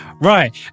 Right